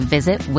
Visit